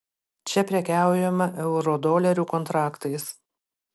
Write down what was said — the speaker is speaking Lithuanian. čia prekiaujama eurodolerių kontraktais